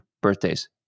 birthdays